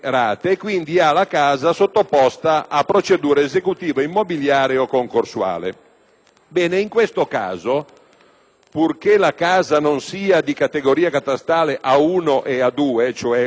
Ebbene, in questo caso, purché la casa non sia di categoria catastale A1 e A2, cioé una casa di grandissimo lusso, dice la norma